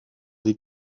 des